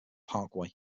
parkway